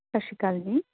ਸਤਿ ਸ਼੍ਰੀ ਅਕਾਲ ਜੀ